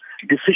decision